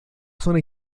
zona